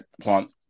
Plant